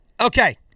Okay